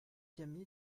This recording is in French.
cami